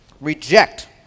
Reject